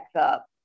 up